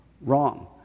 wrong